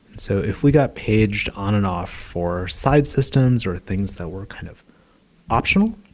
so if we got paged on and off for side systems or things that were kind of optional,